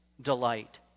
delight